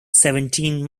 seventeen